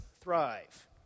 thrive